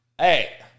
Hey